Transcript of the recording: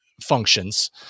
functions